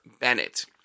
Bennett